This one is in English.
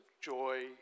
joy